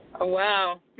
wow